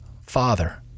father